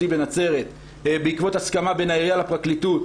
בנצרת בעקבות הסכמה בין העירייה לפרקליטות,